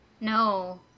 No